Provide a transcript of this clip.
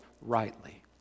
rightly